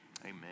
amen